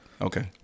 Okay